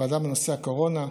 בנושא הקורונה,